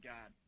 God